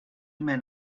men